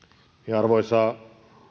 arvoisa